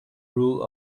rule